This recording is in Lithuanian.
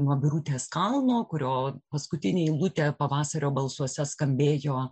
nuo birutės kalno kurio paskutinė eilutė pavasario balsuose skambėjo